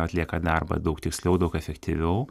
atlieka darbą daug tiksliau daug efektyviau